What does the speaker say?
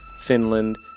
Finland